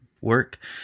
work